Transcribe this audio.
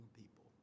people